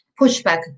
pushback